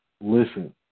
Listen